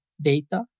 data